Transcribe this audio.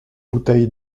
bouteilles